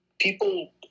People